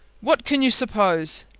what can you suppose?